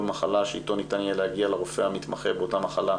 מחלה שאיתו ניתן יהיה להגיע לרופא המתמחה באותה מחלה,